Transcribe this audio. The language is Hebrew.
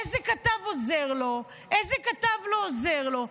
איזה כתב עוזר לו, איזה כתב לא עוזר לו.